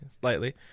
slightly